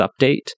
update